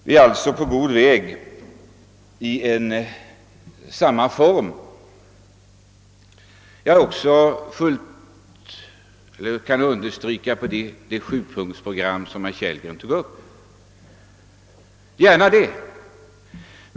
Jag kan alltså helt och fullt instämma i vad herr Kellgren sade om det sjupunktsprogram som han tog upp i sitt anförande. Gärna det!